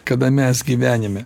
kada mes gyvenime